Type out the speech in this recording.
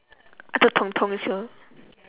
I thought tong-tong is your